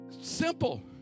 Simple